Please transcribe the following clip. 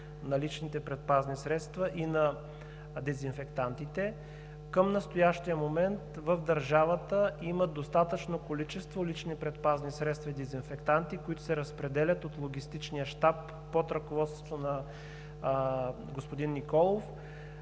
на личните предпазни средства и на дезинфектантите. Към настоящия момент в държавата има достатъчни количества лични предпазни средства и дезинфектанти, които се разпределят от логистичния щаб под ръководството на господин Николов.